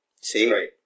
See